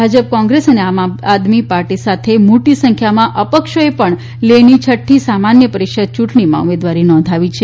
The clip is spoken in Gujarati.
ભાજપ કોંગ્રેસ અને આમ આદમી પાર્ટી સાથે મોટી સંખ્યામાં અપક્ષોએ પણ લેહની છઠ્ઠી સામાન્ય પરીષદ યુંટણીમાં ઉમેદવારી નોંધાવી છે